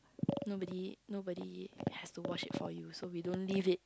nobody nobody has to wash it for you so we don't leave it